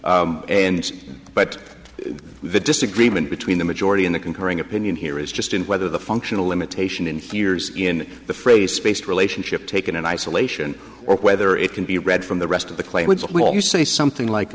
and but the disagreement between the majority in the concurring opinion here is just in whether the functional limitation inheres in the phrase space relationship taken in isolation or whether it can be read from the rest of the clay when you say something like